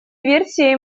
версией